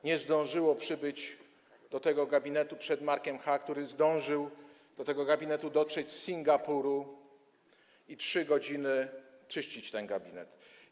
nie zdążyło przybyć do tego gabinetu przed Markiem Ch., który zdążył do tego gabinetu dotrzeć z Singapuru i przez 3 godziny czyścić ten gabinet.